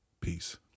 peace